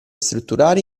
strutturare